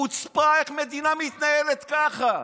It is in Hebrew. חוצפה איך שמדינה מתנהלת ככה.